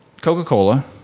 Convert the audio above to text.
Coca-Cola